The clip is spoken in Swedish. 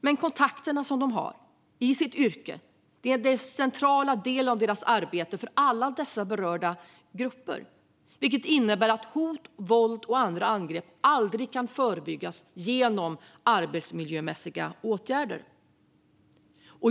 Men de kontakter som de har i sitt yrke är en central del av arbetet för alla i de berörda grupperna, vilket innebär att hot, våld och andra angrepp aldrig kan förebyggas genom arbetsmiljömässiga åtgärder.